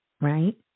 right